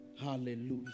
Hallelujah